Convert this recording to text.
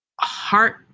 heart